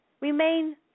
Remain